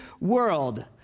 world